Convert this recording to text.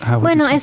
Bueno